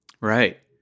right